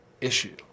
issue